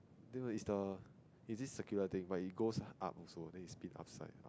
there were is the is this circular thing but it goes up also then it spin upside